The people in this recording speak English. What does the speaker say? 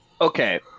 Okay